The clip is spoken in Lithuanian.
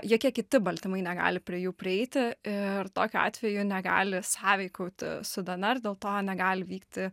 jokie kiti baltymai negali prie jų prieiti ir tokiu atveju negali sąveikauti su dnr dėl to negali vykti